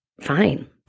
fine